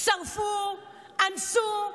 שרפו, אנסו,